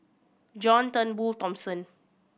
John Turnbull Thomson